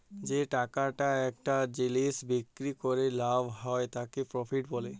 যে টাকাটা একটা জিলিস বিক্রি ক্যরে লাভ হ্যয় তাকে প্রফিট ব্যলে